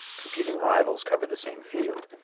competing rivals cover the same field.